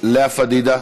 לאה פדידה,